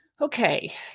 Okay